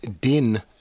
Din